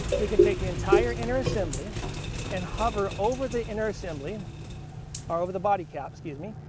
we can take the entire inner assembly and hover over the inner assembly or over the body cap, excuse me,